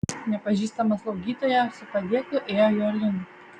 nepažįstama slaugytoja su padėklu ėjo jo link